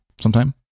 sometime